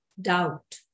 doubt